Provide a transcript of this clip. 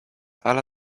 ala